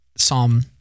Psalm